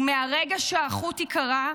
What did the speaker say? ומהרגע שהחוט ייקרע,